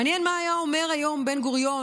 מעניין מה היה אומר היום בן-גוריון